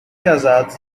casados